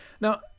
Now